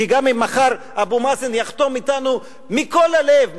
כי גם אם מחר אבו מאזן יחתום אתנו מכל הלב,